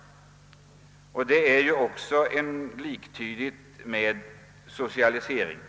Och det är ju liktydigt med socialisering.